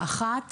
האחת